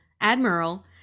admiral